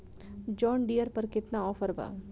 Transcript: John Deere पर केतना offer बा?